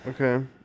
Okay